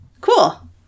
Cool